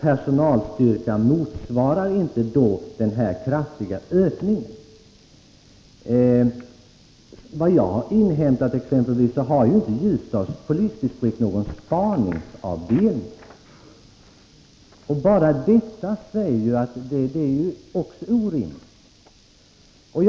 Personalstyrkan motsvarar inte denna kraftiga ökning. Jag har inhämtat att Ljusdals polisdistrikt inte har någon spaningsavdelning. Bara detta visar att förhållandena är orimliga.